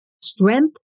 strength